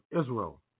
Israel